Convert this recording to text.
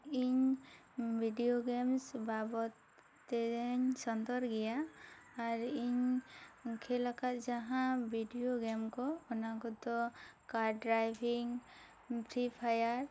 ᱤᱧ video games ᱵᱟᱵᱚᱛ ᱛᱮ ᱤᱧ ᱥᱚᱱᱛᱚᱨ ᱜᱮᱭᱟ ᱟᱨ ᱤᱧ ᱠᱷᱮᱞ ᱟᱠᱟᱫ ᱡᱟᱦᱟᱸ ᱵᱷᱤᱰᱤᱭᱳ ᱜᱮᱢ ᱠᱚ ᱚᱱᱟ ᱠᱚ ᱫᱚ ᱠᱟᱨ ᱰᱨᱟᱭᱵᱤᱝ ᱯᱷᱨᱤ ᱯᱷᱟᱭᱟᱨ ᱟᱨ